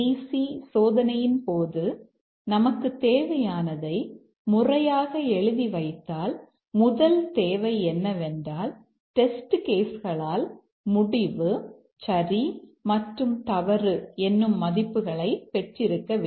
C சோதனையின்போது நமக்குத் தேவையானதை முறையாக எழுதி வைத்தால் முதல் தேவை என்னவென்றால் டெஸ்ட் கேஸ் களால் முடிவு சரி மற்றும் தவறு என்னும் மதிப்புகளை பெற்றிருக்க வேண்டும்